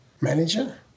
manager